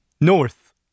North